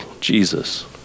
Jesus